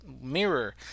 mirror